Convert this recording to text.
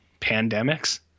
pandemics